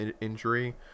injury